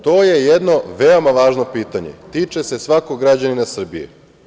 To je jedno veoma važno pitanje i tiče svakog građanina Srbije.